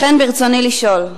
לכן, ברצוני לשאול: